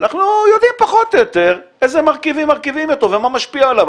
אנחנו יודעים פחות או יותר איזה מרכיבים יש בו ומה משפיע עליו.